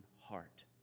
heart